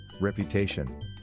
Reputation